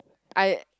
I